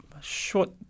short